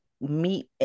Meet